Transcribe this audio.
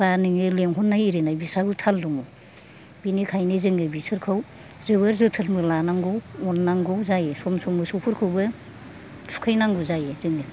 बा नोङो लिंहरनाय हिरिनाय बिस्राबो थाल दङ बिनिखायो जोङो बिसोरखौ जोबोर जोथोनबो लानांगौ अननांगौ जायो सम सम मोसौफोरखौबो थुखैनांगौ जायो जोङो